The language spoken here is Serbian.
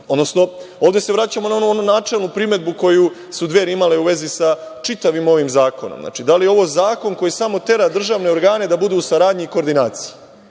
odnosno ovde se vraćamo na onu načelnu primedbu koju su Dveri imale u vezi sa čitavim ovim zakonom - da li je ovo zakon koji samo tera državne organe da budu u saradnji i koordinaciji,